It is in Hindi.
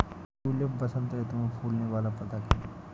ट्यूलिप बसंत ऋतु में फूलने वाला पदक है